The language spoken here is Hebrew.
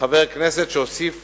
חבר כנסת שהוסיף